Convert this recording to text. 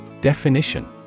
Definition